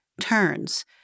turns